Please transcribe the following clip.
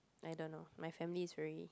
I don't know my family is very